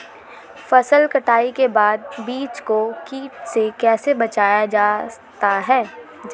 फसल कटाई के बाद बीज को कीट से कैसे बचाया जाता है?